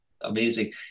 amazing